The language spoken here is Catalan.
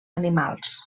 animals